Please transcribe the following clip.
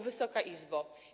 Wysoka Izbo!